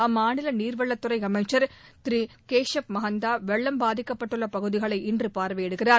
அம்மாநில நீர்வளத்துறை அமைச்சர் திரு கேசப் மகந்தா வெள்ளம் பாதிக்கப்பட்டுள்ள பகுதிகளை இன்று பார்வையிடுகிறார்